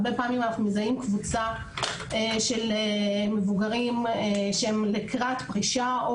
הרבה פעמים אנחנו מזהים קבוצה של מבוגרים שהם לקראת פרישה או